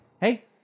hey